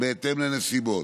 בהתאם לנסיבות,